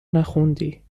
نخوندی